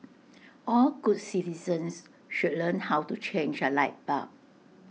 all good citizens should learn how to change A light bulb